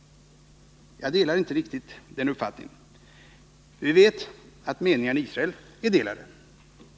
Jag delar inte riktigt den uppfattningen. Vi vet att meningarna i Israel är delade.